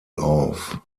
auf